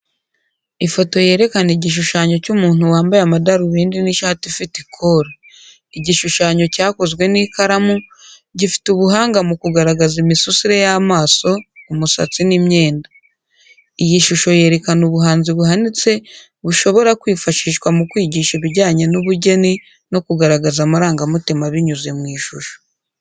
Ifoto yerekana igishushanyo cy’umuntu wambaye amadarubindi n’ishati ifite ikora. Igishushanyo cyakozwe n’ ikaramu, gifite ubuhanga mu kugaragaza imisusire y’amaso, umusatsi n’imyenda. Iyi shusho yerekana ubuhanzi buhanitse, bushobora kwifashishwa mu kwigisha ibijyanye n’ubugeni no kugaragaza amarangamutima binyuze mu ishusho.